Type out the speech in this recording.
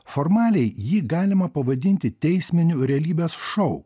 formaliai jį galima pavadinti teisminiu realybės šou